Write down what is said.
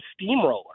steamroller